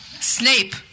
Snape